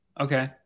Okay